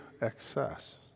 excess